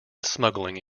smuggling